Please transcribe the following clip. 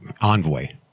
envoy